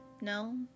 no